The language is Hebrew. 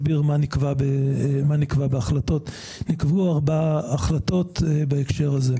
נקבעו ארבע החלטות בהקשר הזה.